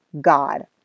God